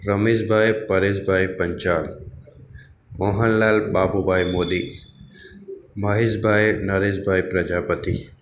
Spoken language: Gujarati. રમેશભાઈ પરેશભાઈ પંચાલ મોહનલાલ બાપુભાઈ મોદી મહેશભાઈ નરેશભાઈ પ્રજાપતિ